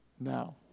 Now